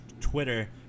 Twitter